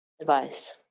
advice